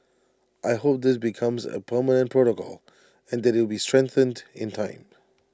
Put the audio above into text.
I hope this becomes A permanent protocol and that IT would be strengthened in time